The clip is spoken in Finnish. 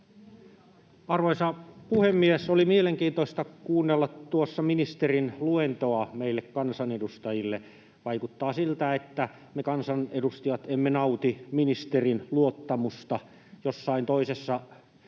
Arvoisa puhemies! Oli mielenkiintoista kuunnella ministerin luentoa meille kansanedustajille. Vaikuttaa siltä, että me kansanedustajat emme nauti ministerin luottamusta — jossain toisessa